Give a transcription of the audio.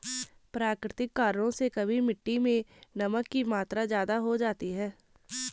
प्राकृतिक कारणों से कभी मिट्टी मैं नमक की मात्रा ज्यादा हो जाती है